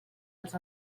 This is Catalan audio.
als